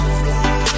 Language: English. fly